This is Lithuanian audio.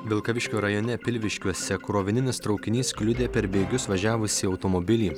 vilkaviškio rajone pilviškiuose krovininis traukinys kliudė per bėgius važiavusį automobilį